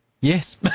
Yes